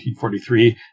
1943